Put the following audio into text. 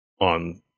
on